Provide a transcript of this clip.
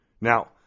Now